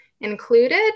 included